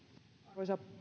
arvoisa